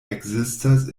ekzistas